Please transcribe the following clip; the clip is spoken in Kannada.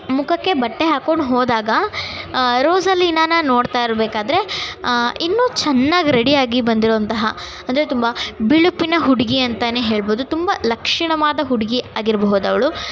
ಮುಖಕ್ಕೆ ಬಟ್ಟೆ ಹಾಕ್ಕೊಂಡು ಹೋದಾಗ ರೋಸಲೀನನ ನೋಡ್ತಾಯಿರಬೇಕಾದ್ರೆ ಇನ್ನೂ ಚೆನ್ನಾಗಿ ರೆಡಿಯಾಗಿ ಬಂದಿರುವಂತಹ ಅಂದರೆ ತುಂಬ ಬಿಳುಪಿನ ಹುಡುಗಿ ಅಂತಲೇ ಹೇಳ್ಬಹುದು ತುಂಬ ಲಕ್ಷಣವಾದ ಹುಡುಗಿ ಆಗಿರಬಹುದವಳು